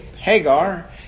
Hagar